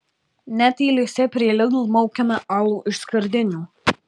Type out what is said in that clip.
net eilėse prie lidl maukiame alų iš skardinių